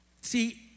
See